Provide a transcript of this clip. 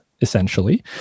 essentially